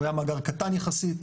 הוא היה מאגר קטן יחסית,